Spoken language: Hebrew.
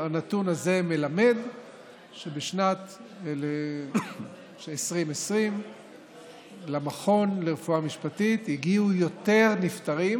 הנתון הזה מלמד שבשנת 2020 למכון לרפואה משפטית הגיעו יותר נפטרים